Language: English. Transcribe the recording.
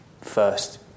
first